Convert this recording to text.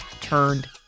turned